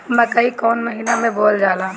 मकई कौन महीना मे बोअल जाला?